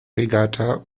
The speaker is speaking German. regatta